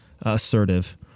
assertive